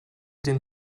den